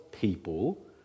people